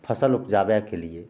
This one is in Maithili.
फसिल उपजाबैके लिए